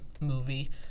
movie